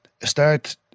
start